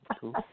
Cool